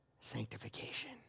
sanctification